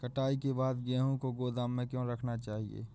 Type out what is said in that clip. कटाई के बाद गेहूँ को गोदाम में क्यो रखना चाहिए?